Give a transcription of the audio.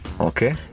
Okay